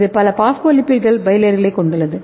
இது பல பாஸ்போலிபிட்கள் பை ளேயர்களைக் கொண்டுள்ளது